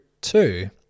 two